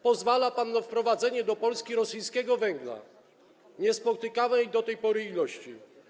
Pozwala pan na wprowadzenie do Polski rosyjskiego węgla w niespotykanej do tej pory ilości.